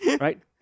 Right